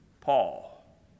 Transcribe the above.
Paul